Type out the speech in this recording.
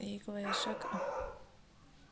एक वयस्क आदमी ल का ऋण मिल सकथे?